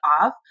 off